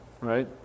Right